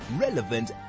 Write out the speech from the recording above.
relevant